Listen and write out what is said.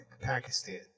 Pakistan